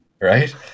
Right